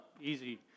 easy